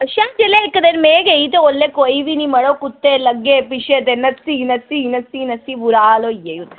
ते अच्छा इक्क दिन में गेई ते उस दिन कोई बी निं कुत्ता ते कुत्ते लग्गे अग्गें पिच्छें बुरा हाल होई गेआ ई